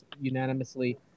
unanimously